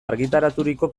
argitaraturiko